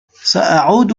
سأعود